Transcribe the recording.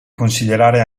considerare